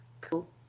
Cool